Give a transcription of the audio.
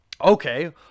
okay